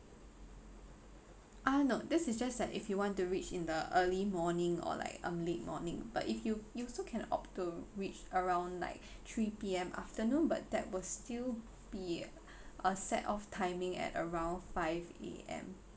ah no this is just that if you want to reach in the early morning or like um late morning but if you you also can opt to reach around like three P_M afternoon but that was still be a set off timing at around five A_M